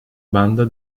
banda